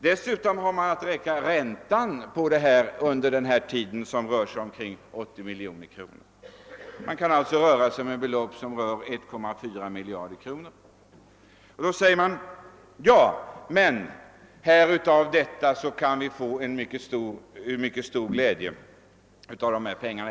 Dessutom tillkommer räntan under denna tid, som rör sig om ungefär 80 miljoner kronor. Det sammanlagda beloppet är alltså 1,4 miljarder kronor. Nu sägs det att vi kan få stor glädje av dessa pengar.